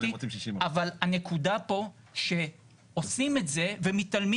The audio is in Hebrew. אבל הנקודה פה שעושים את זה ומתעלמים